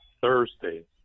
Thursday